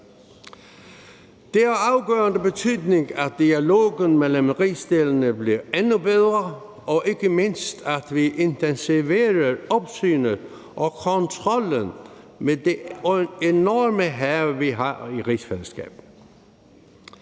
Det er af afgørende betydning, at dialogen mellem rigsdelene bliver endnu bedre, og ikke mindst at vi intensiverer opsynet og kontrollen med det enorme hav, vi har i rigsfællesskabet.